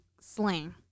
slang